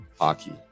Hockey